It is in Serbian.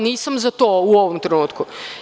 Nisam za to u ovom trenutku.